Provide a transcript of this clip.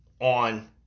on